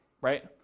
Right